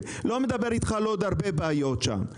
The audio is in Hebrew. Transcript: ולא מדבר איתך על עוד הרבה בעיות שם.